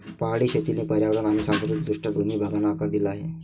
पहाडी शेतीने पर्यावरण आणि सांस्कृतिक दृष्ट्या दोन्ही भागांना आकार दिला आहे